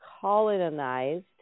colonized